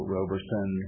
Roberson